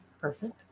perfect